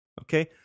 Okay